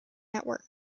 network